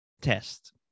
test